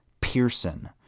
Pearson